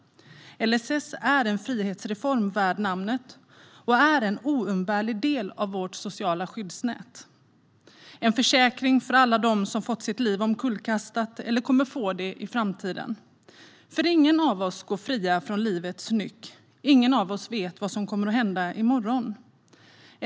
LSS är en frihetsreform värd namnet och en oumbärlig del av vårt sociala skyddsnät. Det är en försäkring för alla dem som har fått sitt liv omkullkastat eller som kommer att få det i framtiden. Ingen av oss går fri från livets nycker. Ingen av oss vet vad som kommer att hända i morgon.